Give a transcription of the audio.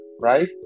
right